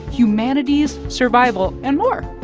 humanity's survival and more.